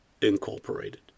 Incorporated